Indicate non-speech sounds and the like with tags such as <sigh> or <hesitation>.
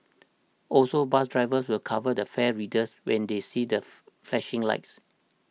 also bus drivers will cover the fare readers when they see that <hesitation> flashing lights